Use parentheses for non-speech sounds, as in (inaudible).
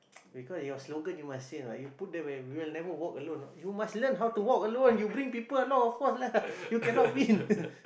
(noise) because your slogan you must say you know you put there where we will never walk alone know you must learn how to walk alone you bring people along of course lah (laughs) you cannot win (laughs)